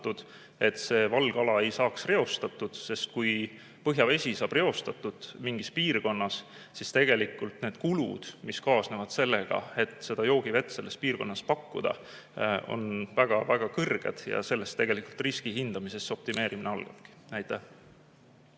et see valgala ei saaks reostatud. Sest kui põhjavesi saab reostatud mingis piirkonnas, siis tegelikult need kulud, mis kaasnevad sellega, et seda joogivett selles piirkonnas pakkuda, on väga-väga suured. Ja tegelikult sellest riski hindamisest see optimeerimine algabki. Aitäh,